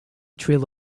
trail